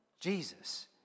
Jesus